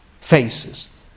faces